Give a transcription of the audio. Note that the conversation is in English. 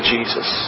Jesus